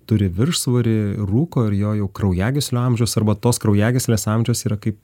turi viršsvorį rūko ir jo jau kraujagyslių amžius arba tos kraujagyslės amžius yra kaip